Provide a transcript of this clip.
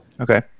okay